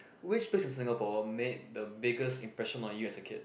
which place in Singapore made the biggest impression on you as a kid